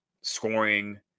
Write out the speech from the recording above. scoring